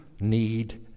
need